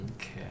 Okay